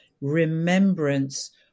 remembrance